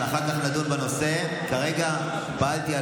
אני בדיוק אמרתי "גם